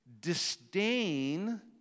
disdain